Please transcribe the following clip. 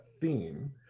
theme